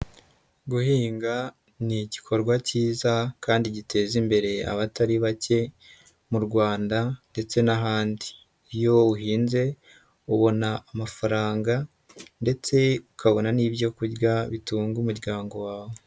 Guhinga ni igikorwa kiza kandi giteza imbere abatari bake mu Rwanda ndetse n'ahandi. Iyo uhinze ubona amafaranga ndetse ukabona n'ibyo kurya bitunga umuryango wawe.